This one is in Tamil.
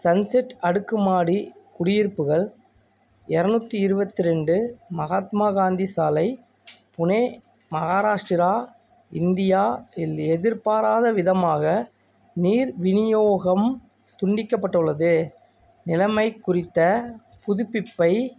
சன்செட் அடுக்குமாடி குடியிருப்புகள் எரநூற்றி இருபத்து ரெண்டு மகாத்மா காந்தி சாலை புனே மகாராஷ்டிரா இந்தியா இல் எதிர்பாராதவிதமாக நீர் விநியோகம் துண்டிக்கப்பட்டுள்ளது நிலைமை குறித்த புதுப்பிப்பை